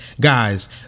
Guys